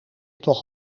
toch